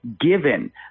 given